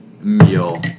meal